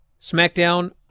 SmackDown